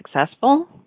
successful